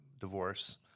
divorce